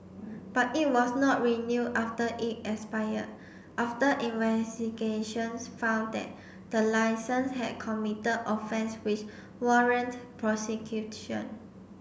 but it was not renewed after it expired after investigations found that the licence had committed offence which warrant prosecution